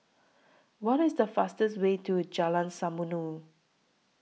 What IS The fastest Way to Jalan Samulun